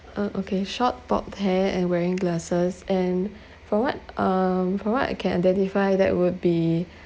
um okay short bob hair and wearing glasses and from what um from what I can identify that would be